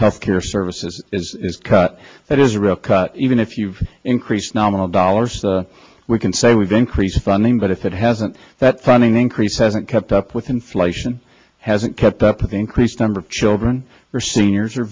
health care services is cut that is a real cut even if you've increased nominal dollars we can say we've increased funding but if it hasn't that funding increase hasn't kept up with inflation hasn't kept up with the increased number of children for seniors